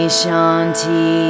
shanti